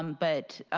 um but